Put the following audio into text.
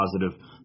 positive